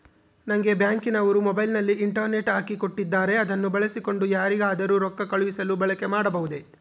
ನಂಗೆ ಬ್ಯಾಂಕಿನವರು ಮೊಬೈಲಿನಲ್ಲಿ ಇಂಟರ್ನೆಟ್ ಹಾಕಿ ಕೊಟ್ಟಿದ್ದಾರೆ ಅದನ್ನು ಬಳಸಿಕೊಂಡು ಯಾರಿಗಾದರೂ ರೊಕ್ಕ ಕಳುಹಿಸಲು ಬಳಕೆ ಮಾಡಬಹುದೇ?